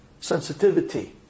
Sensitivity